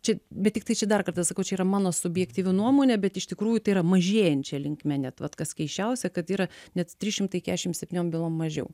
čia bet tiktai čia dar kartą sakau čia yra mano subjektyvi nuomonė bet iš tikrųjų tai yra mažėjančia linkme net vat kas keisčiausia kad yra net trys šimtai kešim septyniom bylom mažiau